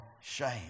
shame